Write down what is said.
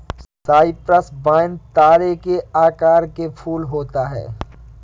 Cyprus vine तारे के आकार के फूल होता है